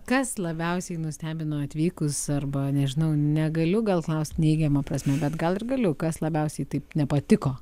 kas labiausiai nustebino atvykus arba nežinau negaliu gal klaust neigiama prasme bet gal ir galiu kas labiausiai taip nepatiko